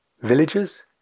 Villagers